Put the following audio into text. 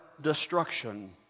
destruction